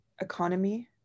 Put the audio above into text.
economy